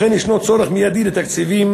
לכן יש צורך מיידי בתקציבים